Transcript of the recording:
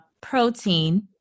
protein